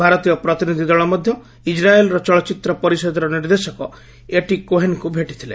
ଭାରତୀୟ ପ୍ରତିନିଧି ଦଳ ମଧ୍ୟ ଇସ୍ରାଏଲ୍ର ଚଳଚ୍ଚିତ୍ର ପରିଷଦର ନିର୍ଦ୍ଦେଶକ ଏଟି କୋହେନ୍ଙ୍କୁ ଭେଟିଥିଲେ